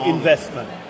Investment